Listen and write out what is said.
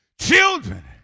children